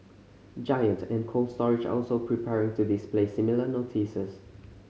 giant and Cold Storage are also preparing to display similar notices